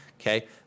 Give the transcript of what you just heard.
Okay